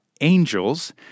angels